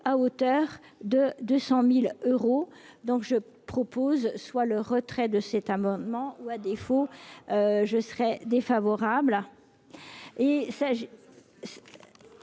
hauteur de 200000 euros donc je propose soit le retrait de cet amendement, ou à défaut je serai défavorable